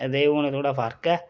ते हून थोह्ड़ा फर्क ऐ